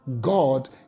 God